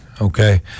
okay